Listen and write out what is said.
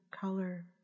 color